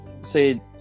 say